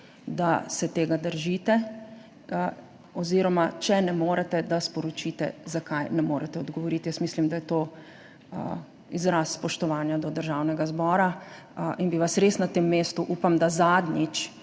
da se tega držite, oziroma če ne morete, da sporočite, zakaj ne morete odgovoriti. Mislim, da je to izraz spoštovanja do Državnega zbora, in bi vas res na tem mestu, upam, da zadnjič,